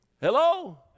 Hello